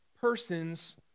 persons